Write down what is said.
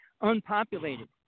unpopulated